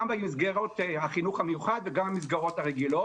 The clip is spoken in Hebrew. גם במסגרות החינוך המיוחד וגם במסגרות הרגילות